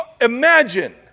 imagine